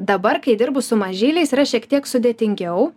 dabar kai dirbu su mažyliais yra šiek tiek sudėtingiau